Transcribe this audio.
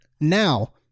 now